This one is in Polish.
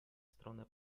stronę